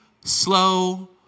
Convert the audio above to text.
slow